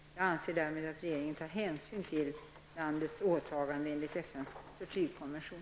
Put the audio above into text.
Jag anser därmed att regeringen tar hänsyn till landets åtaganden enligt FNs tortyrkonvention.